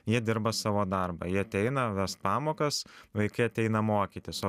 jie dirba savo darbą jie ateina vest pamokas vaikai ateina mokytis o